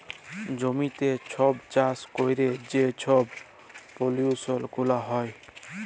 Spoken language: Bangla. জমিতে ছব চাষবাস ক্যইরে যে ছব পলিউশল গুলা হ্যয়